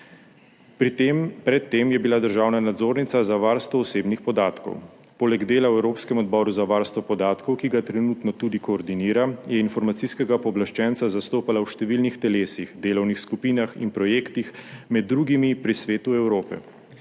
Pred tem je bila državna nadzornica za varstvo osebnih podatkov. Poleg dela v Evropskem odboru za varstvo podatkov, ki ga trenutno tudi koordinira, je Informacijskega pooblaščenca zastopala v številnih telesih, delovnih skupinah in projektih, med drugimi pri Svetu Evrope.